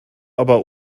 aber